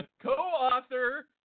co-author